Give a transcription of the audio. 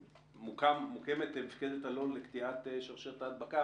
ומוקמת מפקדת אלון לקטיעת שרשרת ההדבקה,